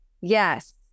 Yes